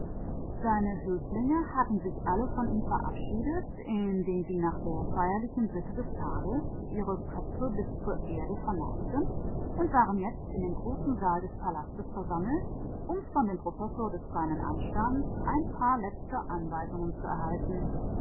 seine höflinge hatten alle urlaub von ihm genommen indem sie nach dem zeremoniösen gebrauch der zeit den kopf bis zum boden neigten und hatten sich in den großen saal des palastes begeben um von dem oberzeremonienmeister einige letzte anweisungen zu erhalten